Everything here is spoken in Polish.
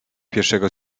pierwszego